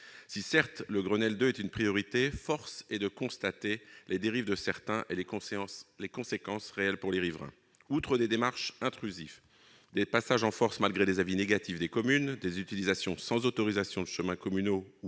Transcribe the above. est, certes, une priorité, force est de constater les dérives de certains acteurs et les conséquences réelles de ce développement pour les riverains. Outre les démarches intrusives, les passages en force malgré les avis négatifs des communes, les utilisations sans autorisation de chemins communaux ou